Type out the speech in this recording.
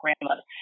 grandmother